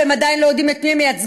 והם עדיין לא יודעים את מי הם מייצגים,